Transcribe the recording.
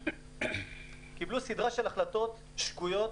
קיבלו סדרת החלטות שגויות,